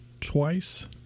twice